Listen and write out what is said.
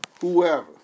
whoever